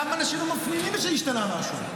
למה אנשים לא מפנימים שהשתנה משהו?